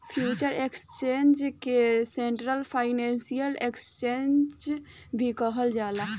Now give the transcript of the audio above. future exchange के central financial exchange भी कहल जाला